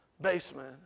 Basement